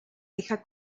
hija